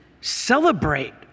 celebrate